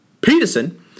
Peterson